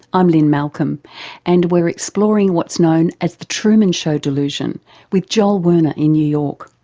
i'm lynne malcolm and we're exploring what's known as the truman show delusion with joel werner in new york.